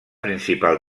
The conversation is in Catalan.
principal